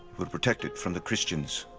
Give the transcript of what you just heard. but protect it from the christians,